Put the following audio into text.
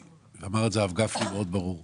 אמר את זה הרב גפני באופן ברור מאוד: